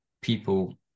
people